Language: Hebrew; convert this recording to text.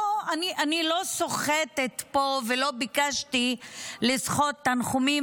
אני לא סוחטת פה ולא ביקשתי לסחוט תנחומים,